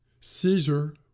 Caesar